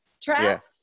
trap